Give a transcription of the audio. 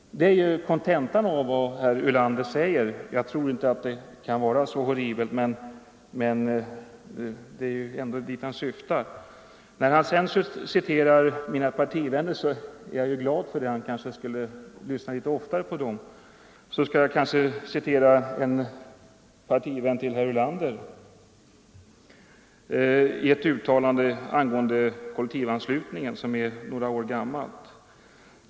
Det är kontentan av vad herr Ulander säger. Jag tror inte det kan vara så horribelt, men det är ändå dit han syftar. När han citerar mina partivänner blir jag glad för det, han kanske skulle lyssna litet oftare på dem. Jag kan i stället citera en partivän till herr Ulander i ett uttalande angående kollektivanslutningen som är några år gammalt.